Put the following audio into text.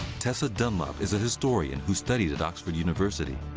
tessa dunlop is a historian who studied at oxford university.